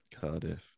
cardiff